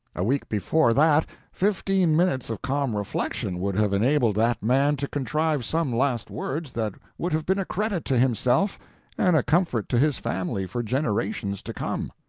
a week before that fifteen minutes of calm reflection would have enabled that man to contrive some last words that would have been a credit to himself and a comfort to his family for generations to come.